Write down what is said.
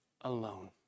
alone